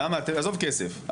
עזוב כסף.